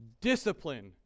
discipline